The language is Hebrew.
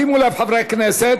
שימו לב, חברי הכנסת,